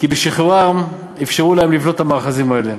כי בשחרורם אפשרו להם לבנות את המאחזים האלה.